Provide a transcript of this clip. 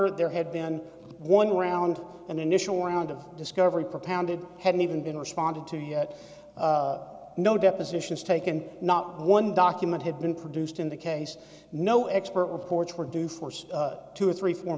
order there had been one round an initial round of discovery propounded hadn't even been responded to yet no depositions taken not one document had been produced in the case no expert reports were due force two or three four